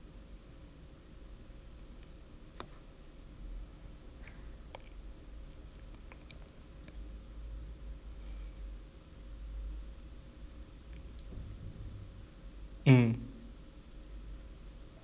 mm